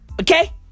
Okay